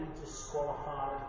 disqualified